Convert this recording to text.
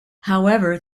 however